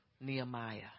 Nehemiah